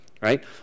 right